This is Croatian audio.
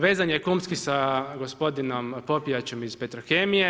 Vezan je kumski sa gospodinom Popijačem iz Petrokemije.